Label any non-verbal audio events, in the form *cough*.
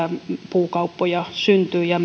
puukauppoja syntyy ja *unintelligible*